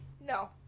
No